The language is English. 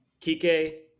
Kike